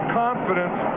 confidence